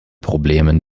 problemen